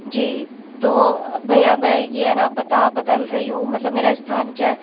जी तो भैया मैं यह है न पता बदल रही हूँ मतलब मेरा स्थान क्या